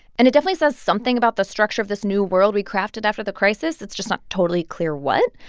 and it definitely says something about the structure of this new world we crafted after the crisis it's just not totally clear what.